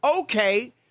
okay